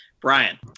Brian